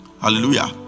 Hallelujah